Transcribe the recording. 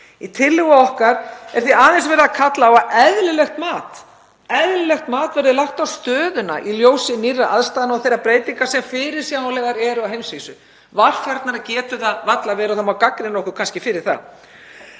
Í tillögu okkar er því aðeins verið að kalla á að eðlilegt mat verði lagt á stöðuna í ljósi nýrra aðstæðna og þeirra breytinga sem fyrirsjáanlegar eru á heimsvísu. Varfærnara getur það varla verið og það má kannski gagnrýna okkur fyrir það.